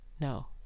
no